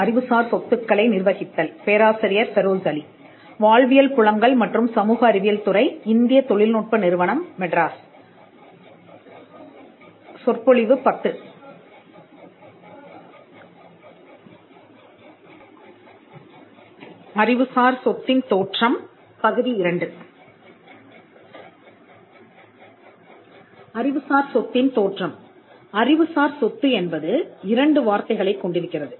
அறிவுசார் சொத்தின் தோற்றம் அறிவுசார் சொத்து என்பது இரண்டு வார்த்தைகளைக் கொண்டிருக்கிறது